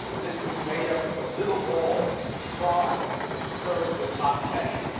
this was made up into little balls, fried, and served with hot ketchup.